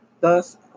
Thus